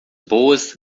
boas